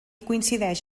coincideix